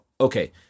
okay